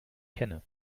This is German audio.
kenne